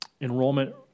enrollment